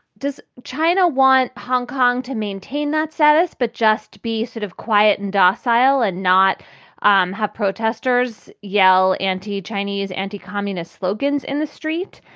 does china want hong kong to maintain that status? but just be sort of quiet and docile and not um have protesters yell anti chinese anti-communist slogans in the street.